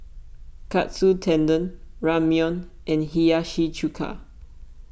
Katsu Tendon Ramyeon and Hiyashi Chuka